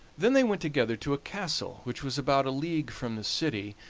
then they went together to a castle which was about a league from the city,